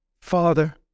Father